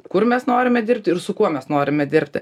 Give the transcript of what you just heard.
kur mes norime dirbti ir su kuo mes norime dirbti